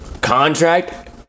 contract